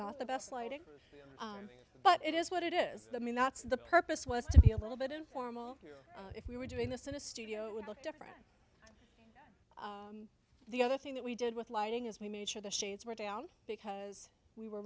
not the best lighting but it is what it is the minot's the purpose was to be a little bit informal if we were doing this in a studio it would look different the other thing that we did with lighting is we made sure the shades were down because we were